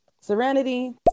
Serenity